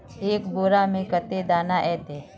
एक बोड़ा में कते दाना ऐते?